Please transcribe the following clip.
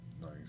Nice